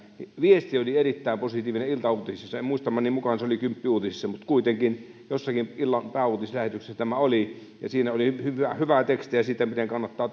viesti oli erittäin positiivinen iltauutisissa muistamani mukaan se oli kymppiuutisissa mutta kuitenkin jossakin illan pääuutislähetyksessä tämä oli ja siinä oli hyvää tekstiä siitä miten kannattaa